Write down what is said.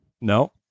No